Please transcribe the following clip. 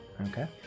Okay